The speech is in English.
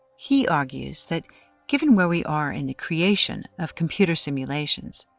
he argues that given where we are in the creation of computer simulations,